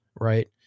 Right